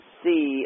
see